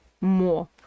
more